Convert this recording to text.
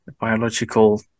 biological